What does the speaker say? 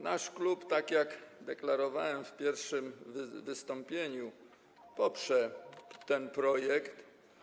Nasz klub, tak jak deklarowałem w pierwszym wystąpieniu, poprze ten projekt.